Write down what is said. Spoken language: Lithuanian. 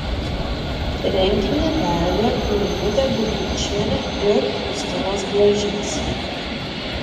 renginį vedė laimutė bikulčienė ir justinas blažys